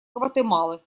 гватемалы